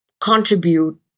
contribute